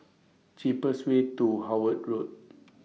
cheapest Way to Howard Road